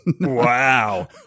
Wow